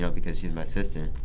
so because she's my sister.